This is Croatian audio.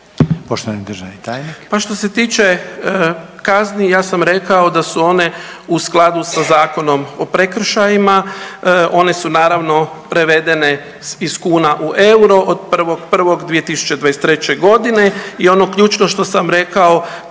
Poštovani državni tajnik.